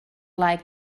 like